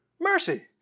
mercy